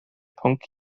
pwnc